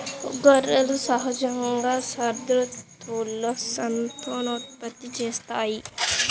గొర్రెలు సహజంగా శరదృతువులో సంతానోత్పత్తి చేస్తాయి